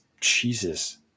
Jesus